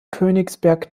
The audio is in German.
königsberg